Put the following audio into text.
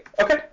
Okay